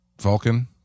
Vulcan